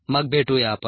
मग भेटूया आपण